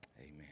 Amen